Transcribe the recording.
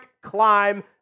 climb